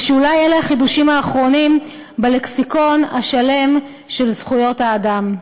או שאולי אלה החידושים האחרונים בלקסיקון השלם של זכויות האדם?